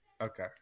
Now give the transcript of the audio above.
okay